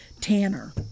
Tanner